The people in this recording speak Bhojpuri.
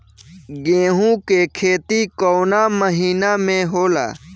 गेहूँ के खेती कवना महीना में होला?